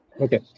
Okay